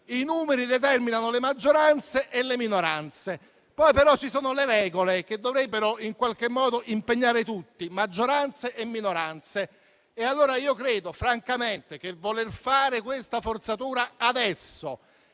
i numeri determinano le maggioranze e le minoranze, poi però ci sono le regole che dovrebbero impegnare tutti, maggioranze e minoranze. Allora, credo francamente che il voler fare questa forzatura adesso